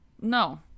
no